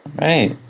Right